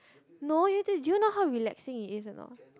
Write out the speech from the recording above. no you need to do you know how relaxing it is or not